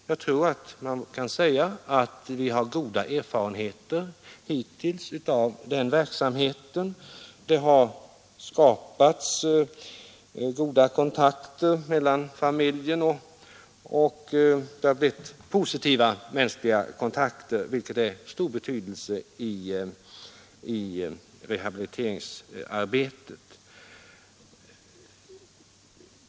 Jag tror man kan säga att man hittills har goda erfarenheter av denna verksamhet. Det har blivit positiva, mänskliga kontakter, vilket är av stor betydelse i rehabiliteringsarbetet.